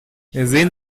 sehen